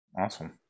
awesome